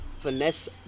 Finesse